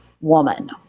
woman